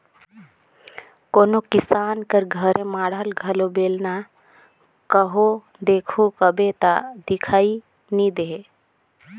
कोनो किसान कर घरे माढ़ल घलो बेलना कहो देखहू कहबे ता दिखई नी देहे